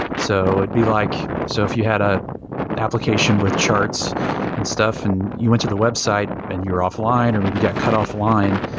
so and like so if you had ah application with charts and stuff and you went to the website and you're offline, or maybe got cut offline,